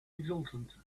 exultant